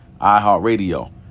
iHeartRadio